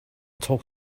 talk